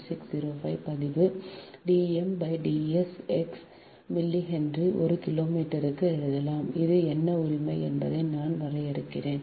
4605 பதிவு D m D s x millihenry ஒரு கிலோமீட்டருக்கு எழுதலாம் இது என்ன உரிமை என்பதை நான் வரையறுக்கிறேன்